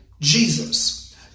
Jesus